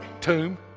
tomb